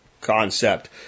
concept